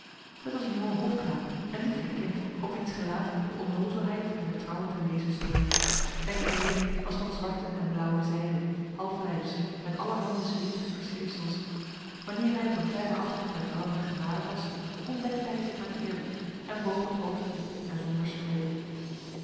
het was een jonge hofknaap een lieflijk kind op wiens gelaat de onnozelheid en de trouw te lezen stonden zijn kleding was van zwarte en blauwe zijde halflijfs met allerhande zwierige versiersels wanneer hij op een kleine afstand der vrouwen genaderd was ontdekte hij zich met eerbied en boog het hoofd diep en zonder spreken